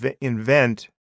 invent